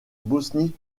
bosnie